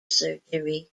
surgery